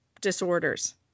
disorders